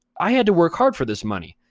i had to work hard for this money.